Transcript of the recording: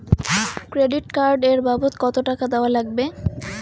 Credit card এর বাবদ কতো টাকা দেওয়া লাগবে?